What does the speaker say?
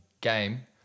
game